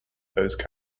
those